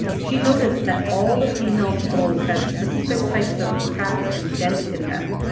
she noticed that all the female skulls had specific types of cracks and dents in them,